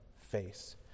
face